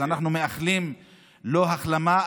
אז אנחנו מאחלים לו החלמה,